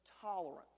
Tolerance